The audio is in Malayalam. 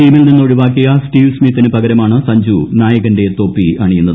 ടീമിൽ നിന്ന് ഒഴിവാക്കിയ സ്റ്റീവ് സ്മിത്തിന് പകരമാണ് സഞ്ജു നായകന്റെ തൊപ്പിയണിയുന്നത്